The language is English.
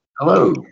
Hello